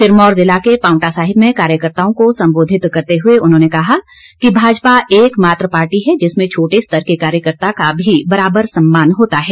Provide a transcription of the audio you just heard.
सिरमौर जिला के पांवटा साहिब मे कार्यकर्ताओं को संबोधित करते हुए उन्होंने कहा कि भाजपा एकमात्र पार्टी है जिसमें छोटे स्तर को कार्यकर्ता का भी बराबर सम्मान होता है